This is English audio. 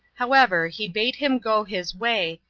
however, he bade him go his way,